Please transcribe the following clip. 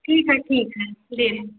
ठीक है ठीक है दे रहे